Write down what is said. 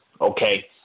okay